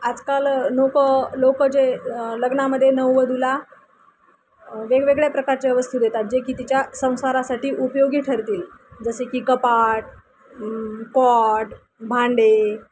आजकाल लोक लोक जे लग्नामध्ये नववधूला वेगवेगळ्या प्रकारच्या वस्तू देतात जे की तिच्या संसारासाठी उपयोगी ठरतील जसे की कपाट कॉट भांडे